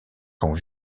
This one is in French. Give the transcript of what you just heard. sont